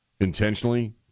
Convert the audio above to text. intentionally